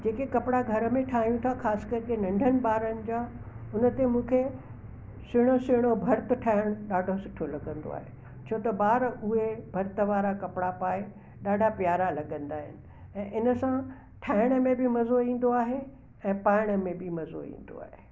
जे के कपिड़ा घर में ठायूं था ख़ासि करके नंढनि ॿारनि जा हुन ते मूंखे सुहिणो सुहिणो भर्तु ठाहिण ॾाढो सुठो लॻंदो आहे छो त ॿार उहे भर्तु वारा कपिड़ा पाए ॾाढा प्यारा लॻंदा आहिनि ऐं हिन सां ठाहिण में बि मज़ो ईंदो आहे ऐं पायण में बि मज़ो ईंदो आहे